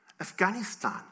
Afghanistan